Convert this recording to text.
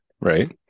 Right